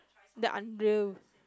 the unreal